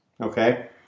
okay